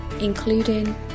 including